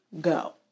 go